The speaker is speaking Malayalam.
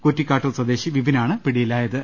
കുറ്റിക്കാട്ടൂർ സ്വദേശി വിപിനാണ് പിടിയിലായത്